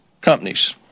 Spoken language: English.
companies